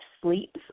sleeps